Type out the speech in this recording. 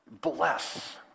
bless